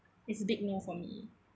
it's a big no for me